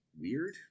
weird